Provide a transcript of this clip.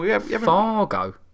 Fargo